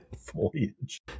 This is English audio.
Foliage